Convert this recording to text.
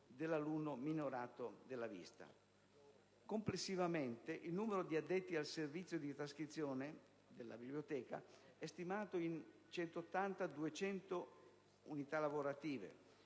Complessivamente, il numero di addetti al servizio di trascrizione della biblioteca è stimato in 180-200 unità lavorative,